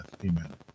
Amen